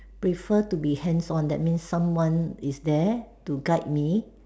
prefer to be hands on that means someone is there to guide me